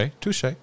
touche